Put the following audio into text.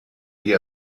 die